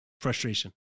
frustration